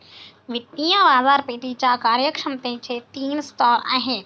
वित्तीय बाजारपेठेच्या कार्यक्षमतेचे तीन स्तर आहेत